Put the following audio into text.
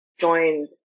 joined